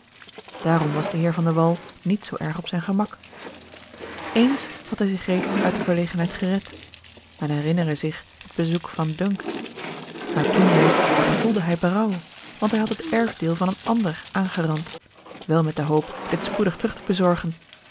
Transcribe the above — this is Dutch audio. daarom was de heer van de wall niet zoo erg op zijn gemak eens had hij zich reeds uit de verlegenheid gered men herinnere zich het bezoek van dunk maar toen reeds gevoelde hij berouw want hij had het erfdeel van een ander aangerand wel met de hoop dit spoedig terug te bezorgen